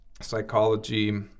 psychology